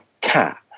cat